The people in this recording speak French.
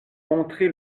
montré